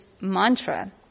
mantra